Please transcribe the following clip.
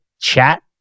chat